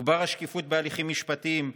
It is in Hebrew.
תוגבר השקיפות בהליכים משפטיים.